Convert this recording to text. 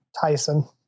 Tyson